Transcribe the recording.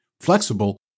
flexible